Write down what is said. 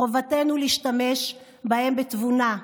חובתנו להשתמש בהם בתבונה,